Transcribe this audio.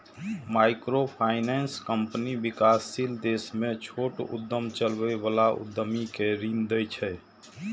microfinance company विकासशील देश मे छोट उद्यम चलबै बला उद्यमी कें ऋण दै छै